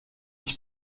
its